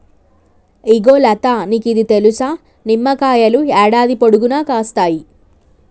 ఇగో లతా నీకిది తెలుసా, నిమ్మకాయలు యాడాది పొడుగునా కాస్తాయి